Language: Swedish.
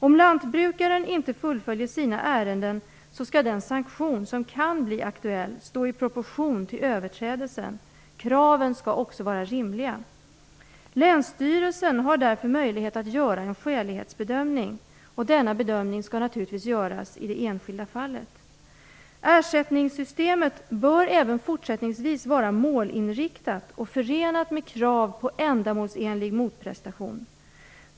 Om lantbrukaren inte fullföljer sina åtaganden så skall den sanktion som kan bli aktuell stå i proportion till överträdelsen. Kraven skall också vara rimliga. Länsstyrelsen har därför möjlighet att göra en skälighetsbedömning. Denna bedömning skall naturligtvis göras i det enskilda fallet. Ersättningssystemet bör även fortsättningsvis vara målinriktat och förenat med krav på ändamålsenlig motprestation.